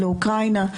לאוקראינה,